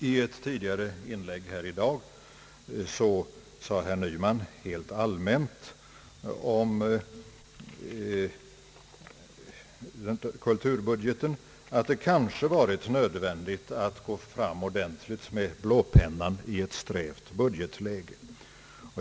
I ett tidigare inlägg här i dag sade herr Nyman helt allmänt om kulturbudgeten att det kanske varit nödvändigt att gå fram ordentligt med blåpennan i ett strävt budgetläge.